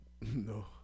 No